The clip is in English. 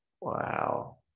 Wow